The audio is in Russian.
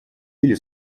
или